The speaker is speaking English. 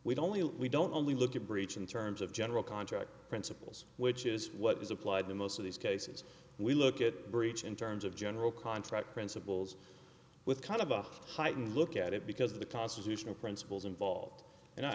know we don't only look at breach in terms of general contract principles which is what is applied the most of these cases we look at breach in terms of general contract principles with kind of a heightened look at it because of the constitutional principles involved and i